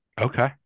Okay